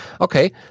Okay